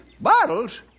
Bottles